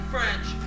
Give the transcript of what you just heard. French